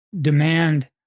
demand